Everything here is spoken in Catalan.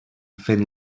fent